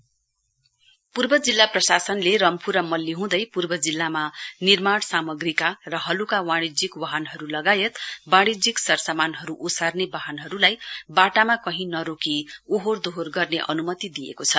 वेक्ल movement पूर्व जिल्ला प्रशासनले रम्फू र मल्ली हुँदै पूर्व जिल्लामा निर्माण सामग्रीका र हलुका वाणिज्यिक वाहनहरु लगायत वाणिज्यिक सरसामानहरु ओसार्ने वाहनहरुलाई बाटमा कहीं नरोकि ओहोर दोहोर गर्ने अनुमति दिएको छ